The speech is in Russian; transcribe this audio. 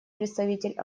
представитель